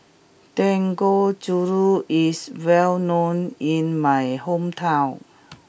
Dangojiru is well known in my hometown